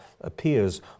appears